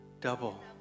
double